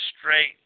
straight